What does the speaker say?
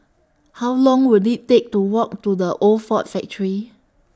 How Long Will IT Take to Walk to The Old Ford Factory